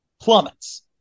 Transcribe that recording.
plummets